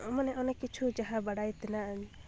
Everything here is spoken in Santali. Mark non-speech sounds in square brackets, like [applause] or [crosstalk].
ᱢᱟᱱᱮ ᱚᱱᱮᱠ ᱠᱤᱪᱷᱩ ᱡᱟᱦᱟᱸ ᱵᱟᱲᱟᱭ ᱛᱮᱱᱟᱜ [unintelligible]